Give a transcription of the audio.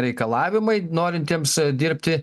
reikalavimai norintiems dirbti